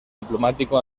diplomático